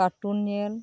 cartoon ᱧᱮᱞ